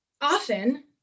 often